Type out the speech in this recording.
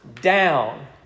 down